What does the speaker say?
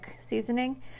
seasoning